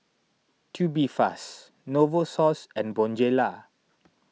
Tubifast Novosource and Bonjela